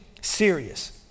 serious